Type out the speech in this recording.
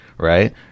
Right